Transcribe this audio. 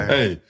Hey